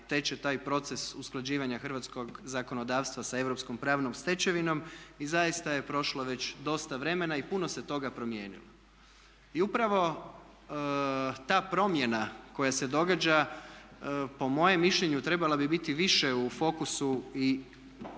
teče taj proces usklađivanja hrvatskog zakonodavstva sa europskom pravnom stečevinom i zaista je prošlo već dosta vremena i puno se toga promijenilo. I upravo ta promjena koja se događa po mojem mišljenju trebala bi biti više u fokusu i našeg